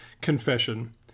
Confession